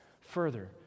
further